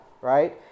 right